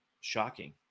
Shocking